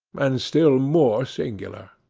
and still more singular.